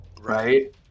right